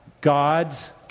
God's